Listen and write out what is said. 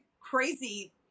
crazy